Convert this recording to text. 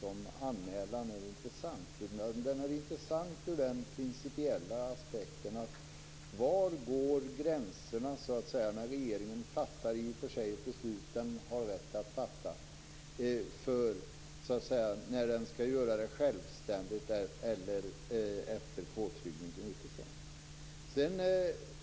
Den är intressant ur den principiella aspekten: Var går gränserna när regeringen fattar beslut som den har rätt att fatta, när den skall göra det självständigt eller efter påtryckningar utifrån?